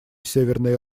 северной